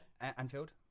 Anfield